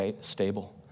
stable